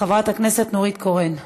חברת הכנסת נורית קורן.